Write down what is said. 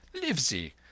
livesey